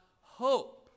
hope